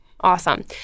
Awesome